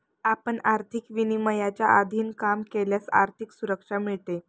आपण आर्थिक विनियमांच्या अधीन काम केल्यास आर्थिक सुरक्षा मिळते